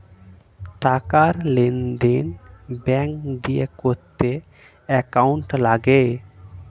টাকার লেনদেন ব্যাঙ্ক দিয়ে করতে অ্যাকাউন্ট লাগে